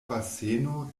baseno